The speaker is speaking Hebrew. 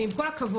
עם כל הכבוד,